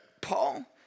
Paul